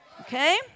Okay